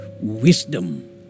wisdom